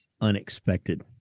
unexpected